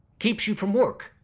keeps you from work,